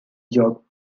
jock